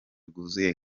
bwuzuye